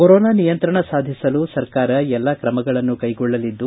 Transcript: corona ನಿಯಂತ್ರಣ ಸಾಧಿಸಲು ಸರ್ಕಾರ ಎಲ್ಲ ಕ್ರಮಗಳನ್ನು ಕೈಗೊಳ್ಳಲಿದ್ದು